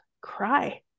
cry